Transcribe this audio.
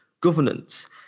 governance